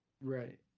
right